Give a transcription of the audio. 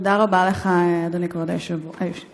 תודה רבה לך, אדוני כבוד היושב-ראש.